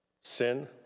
sin